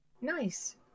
nice